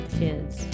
kids